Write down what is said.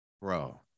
Bro